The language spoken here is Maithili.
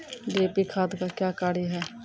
डी.ए.पी खाद का क्या कार्य हैं?